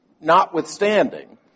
notwithstanding